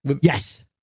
Yes